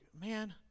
man